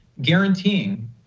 guaranteeing